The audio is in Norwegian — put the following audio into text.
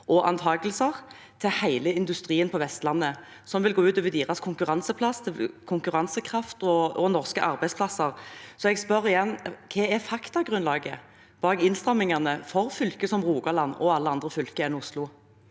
og antakelser, til hele industrien på Vestlandet, noe som vil gå ut over deres konkurransekraft og norske arbeidsplasser. Så jeg spør igjen: Hva er faktagrunnlaget bak innstrammingene for fylker som Rogaland – og alle andre fylker enn Oslo?